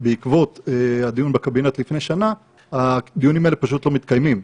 בעקבות הדיון בקבינט לפני שנה הדיונים האלה פשוט לא מתקיימים,